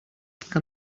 que